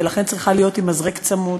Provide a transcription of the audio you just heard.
ולכן היא צריכה להיות עם מזרק צמוד,